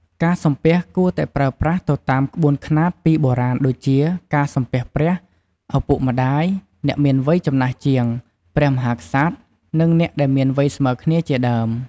ការសំពះគួរតែប្រើប្រាស់ទៅតាមក្បួនខ្នាតពីបុរាណដូចជាការសំពះព្រះ ឪពុកម្តាយ អ្នកមានវ័យចំណាស់ជាង ព្រះមហាក្សត្រ និងអ្នកដែលមានវ័យស្មើគ្នាជាដើម។